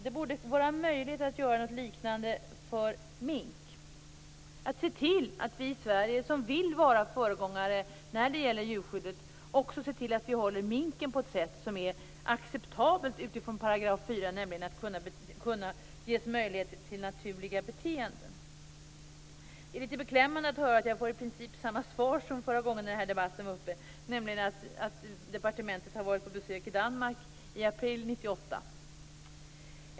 Det borde vara möjligt att göra något liknande för mink och se till att vi i Sverige som vill vara föregångare när det gäller djurskyddet också håller minken på ett sätt som är acceptabelt utifrån 4 §, nämligen att ge möjlighet till naturligt beteende. Det är lite beklämmande att höra i princip samma svar som förra gången när denna debatt var aktuell, nämligen att departementet har varit på besök i Danmark i april 1998.